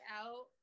out